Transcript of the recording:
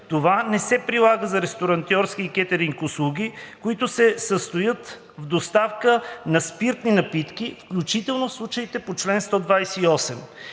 това не се прилага за ресторантьорски и кетъринг услуги, които се състоят в доставка на спиртни напитки, включително в случаите по чл. 128;